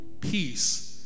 peace